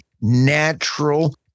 natural